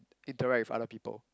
interact with other people